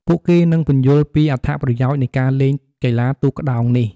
ពួកគេនឹងពន្យល់ពីអត្ថប្រយោជន៍នៃការលេងកីឡាទូកក្ដោងនេះ។